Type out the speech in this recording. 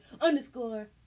underscore